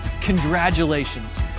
congratulations